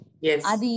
Yes